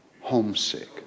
homesick